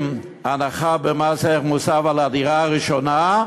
עם הנחה במס ערך מוסף על הדירה הראשונה,